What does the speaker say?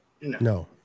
no